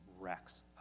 wrecks